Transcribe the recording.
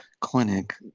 clinic